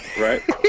right